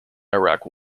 iraq